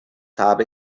habe